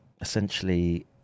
essentially